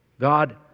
God